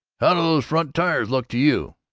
how do those front tires look to you?